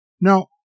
Now